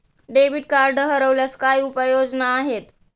Debit card हरवल्यास काय उपाय योजना आहेत?